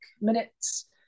minutes